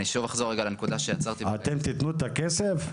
אני שוב אחזור לנקודה שעצרתי בה --- אתם תיתנו את הכסף?